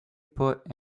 put